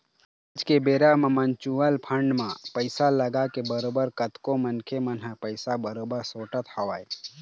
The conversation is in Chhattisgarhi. आज के बेरा म म्युचुअल फंड म पइसा लगाके बरोबर कतको मनखे मन ह पइसा बरोबर सोटत हवय